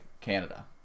Canada